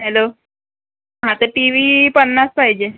hello हां तर T V पन्नास पाहिजे